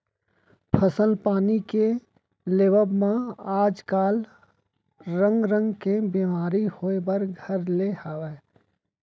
फसल पानी के लेवब म आज काल रंग रंग के बेमारी होय बर घर ले हवय